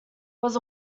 was